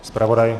Zpravodaj?